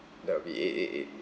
that will be eight eight eight